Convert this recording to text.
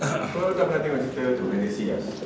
kau tak pernah tengok cerita tu when they see us